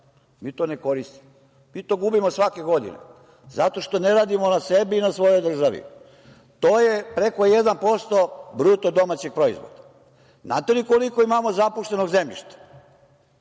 Mi to ne koristimo. Mi to gubimo svake godine, zato što ne radimo na sebi i na svojoj državi. To je preko 1% BDP-a. Znate li koliko imamo napuštenog zemljišta?